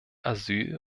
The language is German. asyl